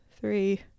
three